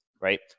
right